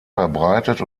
verbreitet